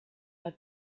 are